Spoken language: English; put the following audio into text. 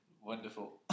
Wonderful